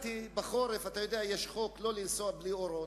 בחורף יש חוק לא לנסוע בלי אורות,